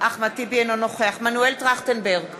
אינו נוכח מנואל טרכטנברג,